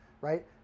right